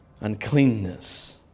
Uncleanness